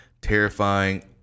terrifying